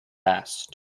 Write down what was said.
best